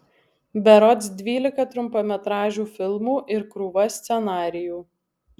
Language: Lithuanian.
berods dvylika trumpametražių filmų ir krūva scenarijų